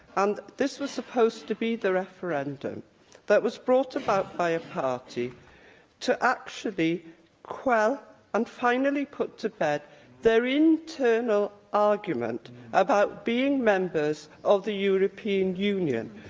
and this was supposed to be the referendum that was brought about by a party to actually quell and finally put to bed their internal argument about being members of the european union.